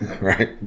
right